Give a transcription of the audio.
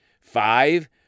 Five